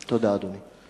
תודה, אדוני.